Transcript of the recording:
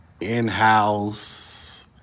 in-house